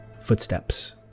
footsteps